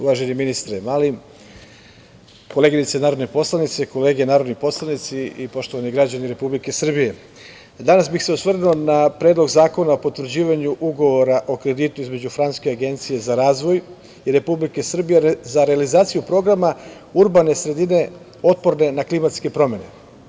Uvaženi ministre Mali, koleginice narodne poslanice, kolege narodni poslanici i poštovani građani Republike Srbije, danas bih se osvrnuo na Predlog zakona o potvrđivanju Ugovora o kreditu između Francuske agencije za razvoj i Republike Srbije za realizaciju Programa urbane sredine otporne na klimatske promene.